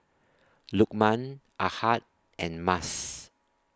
Lukman Ahad and Mas